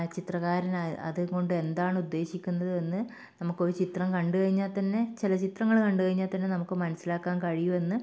ആ ചിത്രകാരൻ ആ അതും കൊണ്ട് എന്താണ് ഉദ്ദേശിക്കുന്നത് എന്ന് നമുക്ക് ഒരു ചിത്രം കണ്ട് കഴിഞ്ഞാൽ തന്നെ ചില ചിത്രങ്ങള് കണ്ട് കഴിഞ്ഞാൽ തന്നെ നമുക്ക് മനസ്സിലാക്കാൻ കഴിയുമെന്ന്